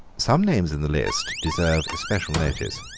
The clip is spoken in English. some names in the list deserve especial notice.